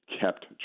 kept